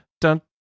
dun